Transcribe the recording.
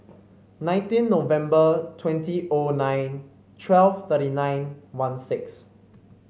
nineteen November twenty O nine twelve thirty nine one six